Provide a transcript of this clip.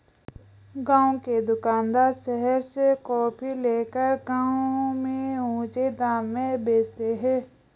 गांव के दुकानदार शहर से कॉफी लाकर गांव में ऊंचे दाम में बेचते हैं